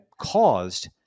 caused